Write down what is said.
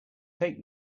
take